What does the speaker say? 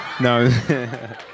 No